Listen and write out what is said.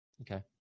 Okay